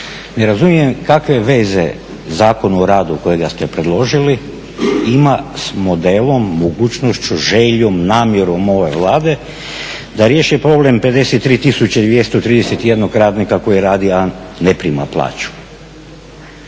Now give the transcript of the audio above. Ne razumijem kakve veze Zakon o radu kojega ste predložili ima s modelom, mogućnošću, željom, namjerom ove Vlade da riješi problem 53 tisuće 231 radnika koji radi a ne prima plaću.